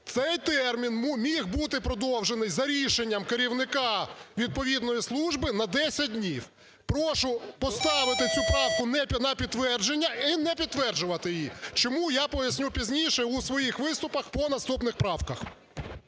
цей термін міг бути продовжений за рішенням керівника відповідної служби на 10 днів. Прошу поставити цю правку на підтвердження і не підтверджувати її. Чому, я поясню пізніше у своїх виступах по наступних правках.